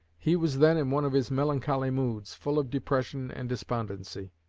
he was then in one of his melancholy moods, full of depression and despondency.